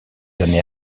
années